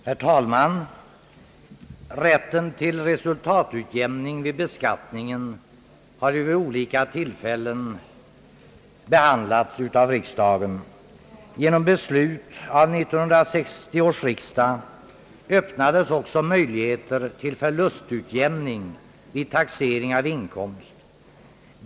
Herr talman! Rätten till resultatutjämning vid beskattningen har vid olika tillfällen behandlats av riksdagen. Genom beslut av 1960 års riksdag öppnades också möjligheter till förlustut jämning vid taxering av inkomst.